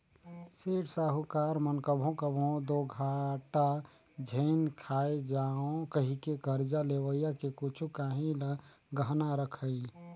सेठ, साहूकार मन कभों कभों दो घाटा झेइन खाए जांव कहिके करजा लेवइया के कुछु काहीं ल गहना रखहीं